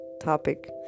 topic